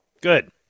Good